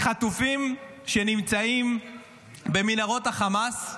חטופים שנמצאים במנהרות החמאס,